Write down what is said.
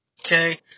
okay